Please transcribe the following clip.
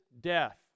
death